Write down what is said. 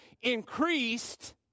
increased